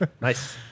Nice